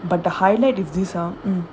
but the highlight is this uh mm